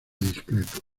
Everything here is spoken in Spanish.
discreto